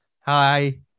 hi